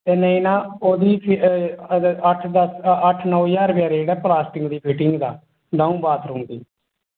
ते ओह्बी कोई अट्ठ नौ दस्स ज्हार ऐ प्लॉस्टिक दी फिटिंग दा दो बाथरूम दी